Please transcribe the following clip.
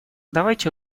давайте